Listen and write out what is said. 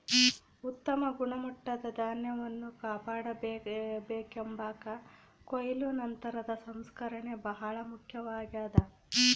ಉತ್ತಮ ಗುಣಮಟ್ಟದ ಧಾನ್ಯವನ್ನು ಕಾಪಾಡಿಕೆಂಬಾಕ ಕೊಯ್ಲು ನಂತರದ ಸಂಸ್ಕರಣೆ ಬಹಳ ಮುಖ್ಯವಾಗ್ಯದ